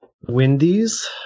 Wendy's